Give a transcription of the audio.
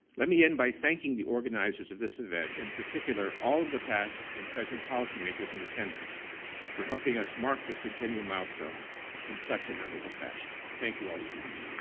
let me end by thanking the organizers of this event and, in particular, all of the past and present policymakers in attendance for helping us mark this centennial milestone in such a memorable fashion. thank you all so much.